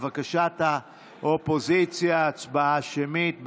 לבקשת האופוזיציה, ההצבעה שמית.